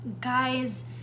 guys